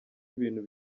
ibintu